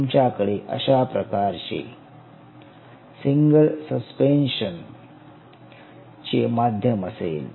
तुमच्याकडे अशा प्रकारचे सिंगल सस्पेन्शन चे माध्यम असेल